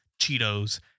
Cheetos